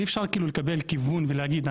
אי אפשר לקבל כיוון ולהגיד,